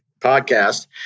podcast